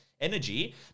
energy